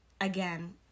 again